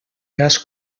cas